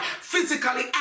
physically